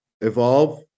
evolve